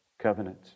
Covenant